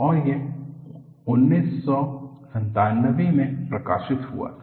और यह 1997 में प्रकाशित हुआ था